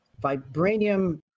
Vibranium